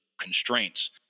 constraints